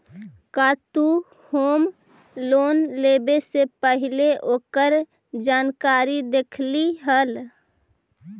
का तु home loan लेवे से पहिले ओकर जानकारी देखलही हल?